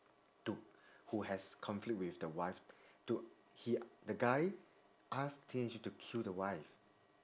to who has conflict with the wife to he the guy ask teenager to kill the wife